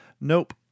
nope